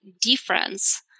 difference